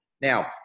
Now